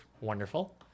wonderful